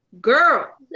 Girl